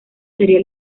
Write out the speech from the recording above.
sería